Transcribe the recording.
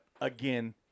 Again